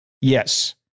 Yes